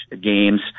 games